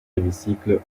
hémicycle